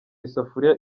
isafuriya